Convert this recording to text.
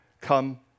come